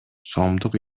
сомдук